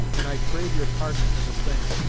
and i crave your pardon for the same.